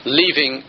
leaving